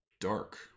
dark